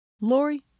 Lori